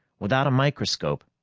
without a microscope,